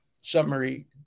summary